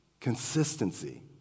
consistency